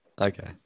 Okay